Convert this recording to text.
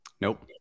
Nope